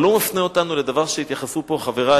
אבל הוא מפנה אותנו לדבר שהתייחסו אליו פה חברי,